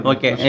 Okay